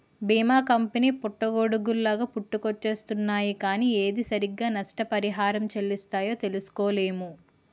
బీమా కంపెనీ పుట్టగొడుగుల్లాగా పుట్టుకొచ్చేస్తున్నాయ్ కానీ ఏది సరిగ్గా నష్టపరిహారం చెల్లిస్తాయో తెలుసుకోలేము